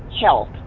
health